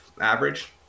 average